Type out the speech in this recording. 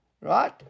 Right